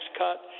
cut